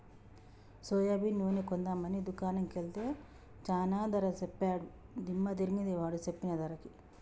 soybean నూనె కొందాం అని దుకాణం కెల్తే చానా ధర సెప్పాడు దిమ్మ దిరిగింది వాడు సెప్పిన ధరకి